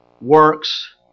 Works